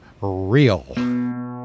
Real